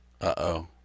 Uh-oh